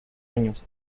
años